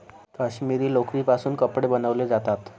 काश्मिरी लोकरीपासून कपडे बनवले जातात